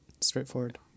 straightforward